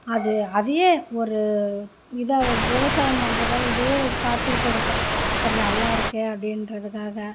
அது அதையே ஒரு இதாக விவசாயம் பண்ணுறதால இதே பார்த்துகிட்டு இருக்கோம் சரி நல்லா இருக்கு அப்படின்றதுக்காக